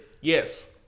Yes